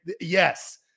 yes